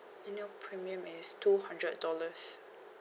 annual premium is two hundred dollars